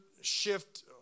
shift